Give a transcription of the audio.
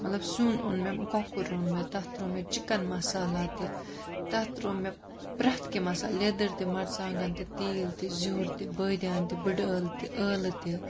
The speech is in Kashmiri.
مَطلَب سیُن اوٚن مےٚ کۄکُر روٚن مےٚ تَتھ ترٛوو مےٚ چِکَن مَسالا تہِ تَتھ ترٛوو مےٚ پرٛتھ کیٚنٛہہ مَسالہٕ لیٚدٕر تہِ مَرژٕوانٛگَن تہِ تیٖل تہِ زِیُر تہِ بٲدیانہٕ تہِ بٕڈٕ ٲل تہِ ٲلہٕ تہِ